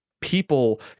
people